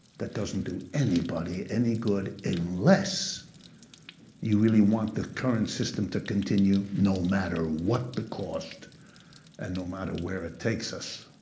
that doesn't do anybody any good, unless you really want the current system to continue no matter what the cost and no matter where it takes us.